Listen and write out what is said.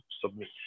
submit